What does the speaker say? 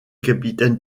capitaine